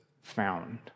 found